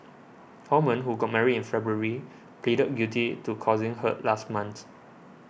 Holman who got married in February pleaded guilty to causing hurt last month